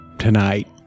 Tonight